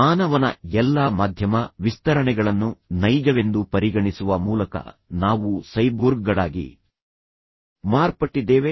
ಮಾನವನ ಎಲ್ಲಾ ಮಾಧ್ಯಮ ವಿಸ್ತರಣೆಗಳನ್ನು ನೈಜವೆಂದು ಪರಿಗಣಿಸುವ ಮೂಲಕ ನಾವು ಸೈಬೋರ್ಗ್ಗಳಾಗಿ ಮಾರ್ಪಟ್ಟಿದ್ದೇವೆ